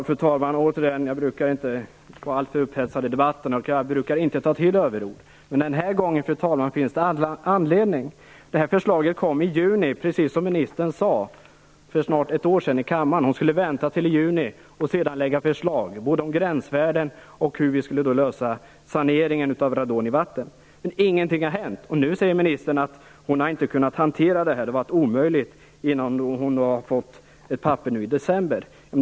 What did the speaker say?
Fru talman! Återigen: Jag brukar inte vara alltför upphetsad i debatterna och jag brukar inte ta till överord. Men den här gången finns det all anledning. Precis som ministern sade i kammaren för snart ett år sedan kom det här förslaget i juni. Hon skulle då vänta till juli och sedan lägga fram förslag om gränsvärdena och hur man skulle lösa detta med saneringen av radon i vatten. Men ingenting har hänt. Nu säger ministern att hon inte har kunnat hantera ärendet. Det har varit omöjligt genom att hon inte fick papperen förrän i december.